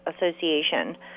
Association